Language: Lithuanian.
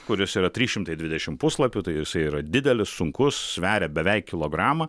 kuris yra trys šimtai dvidešimt puslapių tai jisai yra didelis sunkus sveria beveik kilogramą